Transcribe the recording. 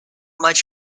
much